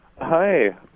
Hi